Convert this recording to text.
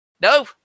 No